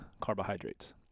carbohydrates